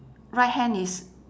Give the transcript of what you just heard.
right hand is